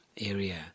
area